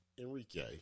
Enrique